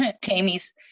Tammy's